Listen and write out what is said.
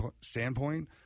standpoint